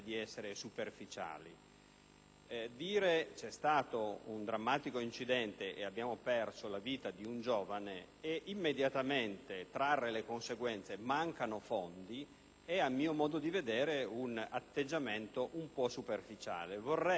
vi è stato un drammatico incidente dove abbiamo perso la vita di un giovane ed immediatamente trarre come conseguenza la mancanza di fondi è, a mio modo di vedere, un atteggiamento un po' superficiale.